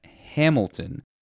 Hamilton